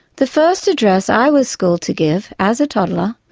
the first address i was schooled to give, as a toddler,